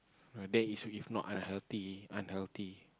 no that is if not unhealthy unhealthy